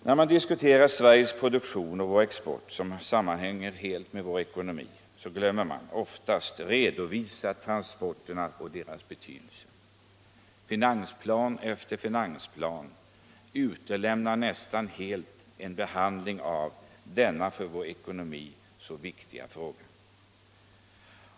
När man diskuterar Sveriges produktion och vår export, som helt sammanhänger med vår ekonomi, glömmer man oftast att redovisa transporterna och deras betydelse. Finansplan efter finansplan utelämnar nästan helt en behandling av denna för vår ekonomi så viktiga fråga.